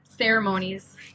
ceremonies